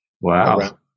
wow